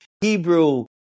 Hebrew